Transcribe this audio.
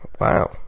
wow